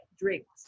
drinks